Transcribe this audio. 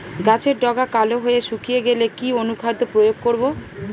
গাছের ডগা কালো হয়ে শুকিয়ে গেলে কি অনুখাদ্য প্রয়োগ করব?